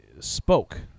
spoke